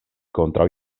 kontraŭ